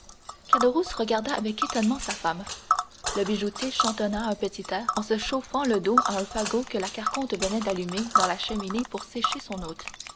regarda avec étonnement sa femme le bijoutier chantonna un petit air en se chauffant le dos à un fagot que la carconte venait d'allumer dans la cheminée pour sécher son hôte